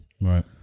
Right